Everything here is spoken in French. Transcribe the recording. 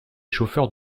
chauffeurs